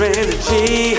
energy